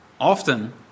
Often